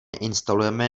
instalujeme